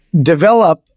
develop